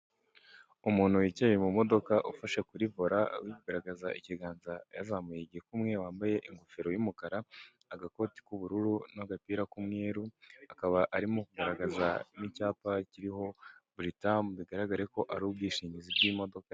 Umuntu wicaye mu modoka ufashe kuri vola anagaragaza ikiganza yazamuye igikumwe wambaye ingofero y'umukara, agakoti k'ubururu n'agapira k'umweru akaba arimo kugaragaza n'icyapa kiriho buritamu bigaragare ko ari ubwishingizi bw'imodoka.